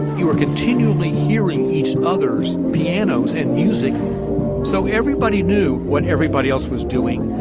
you were continually hearing each other's pianos and music so everybody knew what everybody else was doing.